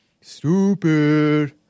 Stupid